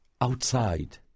outside